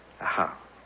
Aha